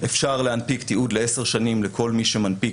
אפשר להנפיק תיעוד לעשר שנים לכל מי שמנפיק